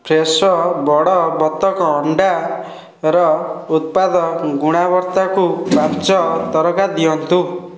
Fresho ବଡ଼ ବତକ ଅଣ୍ଡା ର ଉତ୍ପାଦ ଗୁଣବତ୍ତାକୁ ପାଞ୍ଚ ତାରକା ଦିଅନ୍ତୁ